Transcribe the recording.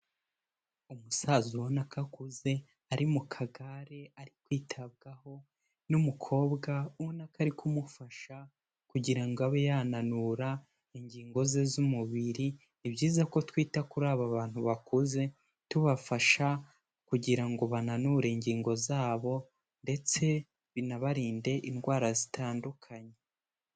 Umusaza ubona kokuze ari mu kagare ari kwitabwaho n'umukobwa uko ari kumufasha kugira ngo abe yananura ingingo ze z'umubiri ibyiza ko twita kuri aba bantu bakuze tubafasha kugira ngo bananure ingingo zabo ndetse binabarinde indwara zitandukanye.